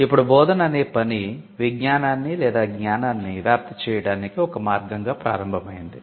ఇప్పుడు 'బోధన' అనే పని విజ్ఞానాన్నిజ్ఞానాన్ని వ్యాప్తి చేయడానికి ఒక మార్గంగా ప్రారంభమైంది